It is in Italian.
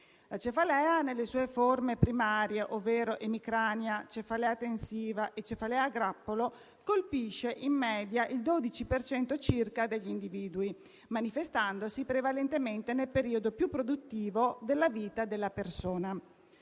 La cefalea nelle sue forme primarie, ovvero emicrania, cefalea tensiva e cefalea a grappolo, colpisce in media il 12 per cento circa degli individui, manifestandosi prevalentemente nel periodo più produttivo della vita della persona.